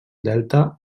delta